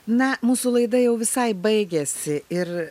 na mūsų laida jau visai baigiasi ir